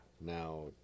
Now